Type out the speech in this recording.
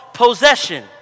possession